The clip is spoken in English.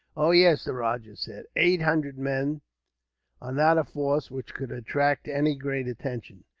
oh, yes, the rajah said eight hundred men are not a force which could attract any great attention.